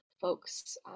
folks